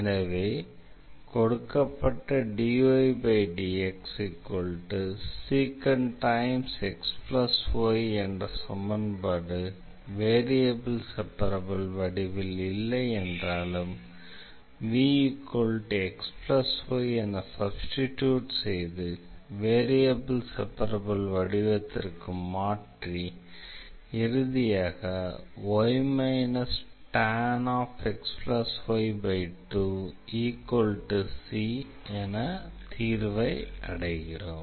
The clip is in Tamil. எனவே கொடுக்கப்பட்ட dydxsec xy என்ற சமன்பாடு வேரியபிள் செப்பரப்பிள் வடிவில் இல்லை என்றாலும் vxy என சப்ஸ்டிடியூட் செய்து வேரியபிள் செப்பரப்பிள் வடிவத்திற்கு மாற்றி இறுதியாக y tan xy2 c என தீர்வை அடைகிறோம்